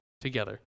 together